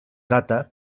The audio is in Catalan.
data